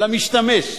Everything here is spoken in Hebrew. ידידותית למשתמש.